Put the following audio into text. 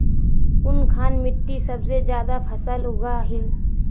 कुनखान मिट्टी सबसे ज्यादा फसल उगहिल?